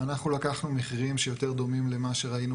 אנחנו לקחנו מחירים שיותר דומים למה שראינו